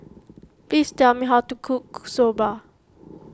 please tell me how to cook Soba